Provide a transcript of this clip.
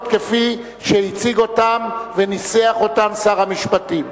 כפי שהציג אותן וניסח אותן שר המשפטים.